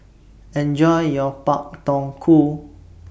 Enjoy your Pak Thong Ko